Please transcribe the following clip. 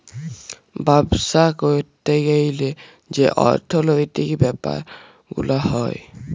বাপ্সা ক্যরতে গ্যালে যে অর্থলৈতিক ব্যাপার গুলা হ্যয়